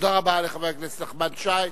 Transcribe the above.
תודה רבה לחבר הכנסת נחמן שי.